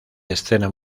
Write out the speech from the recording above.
escena